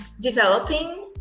developing